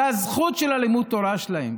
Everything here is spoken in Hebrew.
והזכות של לימוד התורה שלהם